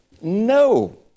No